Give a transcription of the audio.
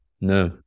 No